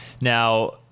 Now